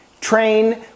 Train